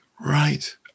right